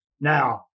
Now